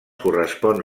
correspon